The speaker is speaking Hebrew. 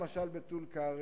למשל המפעל בטול-כרם,